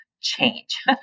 change